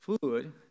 food